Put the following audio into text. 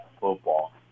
football